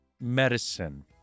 medicine